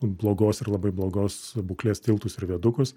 blogos ir labai blogos būklės tiltus ir viadukus